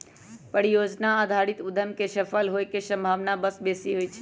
परिजोजना आधारित उद्यम के सफल होय के संभावना सभ बेशी होइ छइ